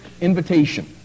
invitation